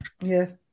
Yes